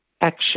action